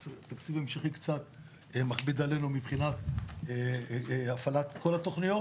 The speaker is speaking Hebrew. התקציב קצת מכביד עלינו מבחינת הפעלה של כל התוכניות,